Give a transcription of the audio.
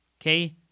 okay